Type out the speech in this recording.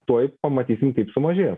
tuoj pamatysim kaip sumažėjo